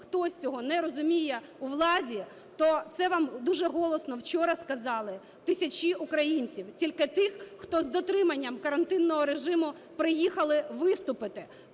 хтось цього не розуміє у владі, то це вам дуже голосно вчора сказали тисячі українців, тільки тих, хто з дотриманням карантинного режиму приїхали виступити